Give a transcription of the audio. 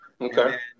Okay